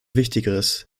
wichtigeres